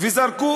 וזרעי